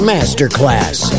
Masterclass